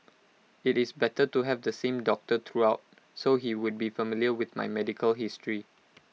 IT is better to have the same doctor throughout so he would be familiar with my medical history